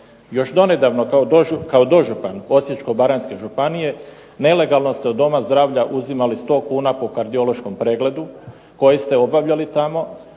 Još donedavno kao dožupan Osječko-baranjske županije nelegalno ste od Doma zdravlja uzimali po 100 kuna po kardiološkom pregledu koji ste obavljali tamo,